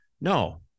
No